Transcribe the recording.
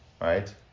right